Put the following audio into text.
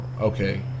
okay